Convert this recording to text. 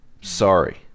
Sorry